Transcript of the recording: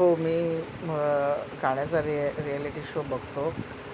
हो मी गाण्याचा रिया रिॲलिटी शो बघतो